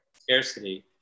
Scarcity